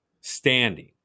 standing